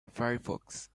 firefox